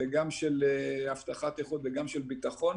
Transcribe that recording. גם של אבטחת איכות וגם של ביטחון.